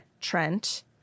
Trent